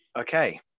Okay